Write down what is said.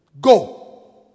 go